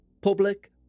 public